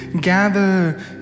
gather